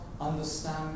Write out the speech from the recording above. understand